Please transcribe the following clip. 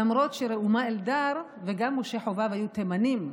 למרות שראומה אלדר וגם משה חובב היו תימנים.